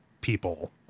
people